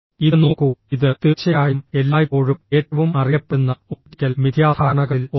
ഇത് നോക്കൂ ഇത് തീർച്ചയായും എല്ലായ്പ്പോഴും ഏറ്റവും അറിയപ്പെടുന്ന ഒപ്റ്റിക്കൽ മിഥ്യാധാരണകളിൽ ഒന്നാണ്